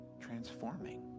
transforming